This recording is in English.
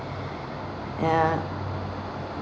ya